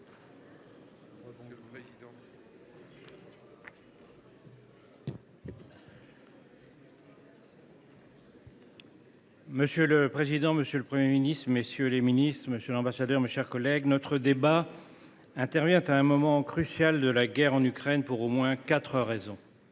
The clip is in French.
Monsieur le président, monsieur le Premier ministre, madame, messieurs les ministres, monsieur l’ambassadeur, mes chers collègues, notre débat intervient à un moment crucial de la guerre en Ukraine, et cela pour au moins quatre raisons.